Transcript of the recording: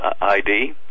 ID